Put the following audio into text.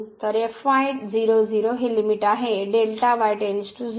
तर ही मर्यादा आहे Δy → 0